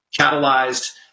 catalyzed